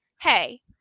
Hey